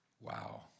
Wow